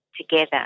together